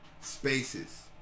spaces